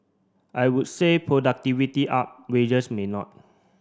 I would say productivity up wages may not